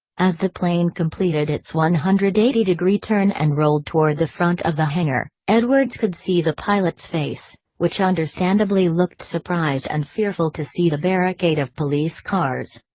as the plane completed its one hundred and eighty degree turn and rolled toward the front of the hangar, edwards could see the pilot's face, which understandably looked surprised and fearful to see the barricade of police cars.